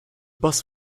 bus